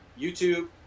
YouTube